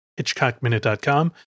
HitchcockMinute.com